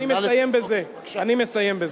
אני מסיים בזה, אני מסיים בזה.